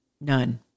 None